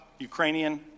Ukrainian